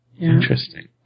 Interesting